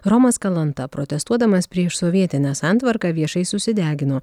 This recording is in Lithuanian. romas kalanta protestuodamas prieš sovietinę santvarką viešai susidegino